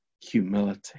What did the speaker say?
Humility